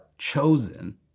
chosen